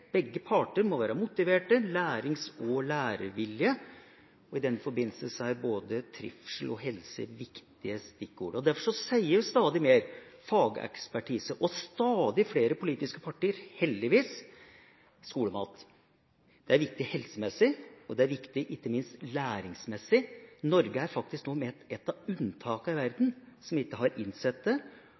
Begge parter må være motivert, lærings- og lærevillige, og i den forbindelse er både trivsel og helse viktige stikkord. Derfor sier stadig mer fagekspertise og stadig flere politiske partier, heldigvis: skolemat. Det er viktig helsemessig, og det er viktig ikke minst læringsmessig. Norge er faktisk nå et av unntakene i verden som ikke har